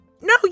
no